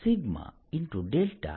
તેથી આના પરિમાણ σ